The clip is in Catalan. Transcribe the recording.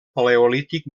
paleolític